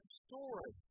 story